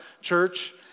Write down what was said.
church